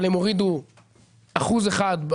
אבל הם הורידו אחוז אחד.